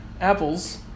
apples